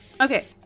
okay